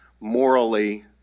morally